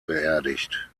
beerdigt